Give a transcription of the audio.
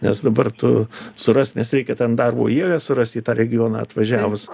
nes dabar tu surast nes reikia ten darbo jėgą surast į tą regioną atvažiavus